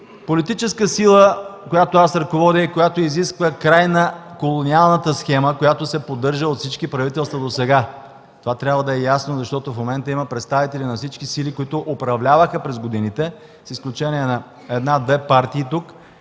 политическа сила, която аз ръководя и която изисква край на колониалната схема, която се поддържа от всички правителства досега. Това трябва да е ясно, защото в момента има представители на всички сили, които управляваха през годините – с изключение на една-две партии тук,